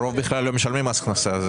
הרוב בכלל לא משלמים מס הכנסה.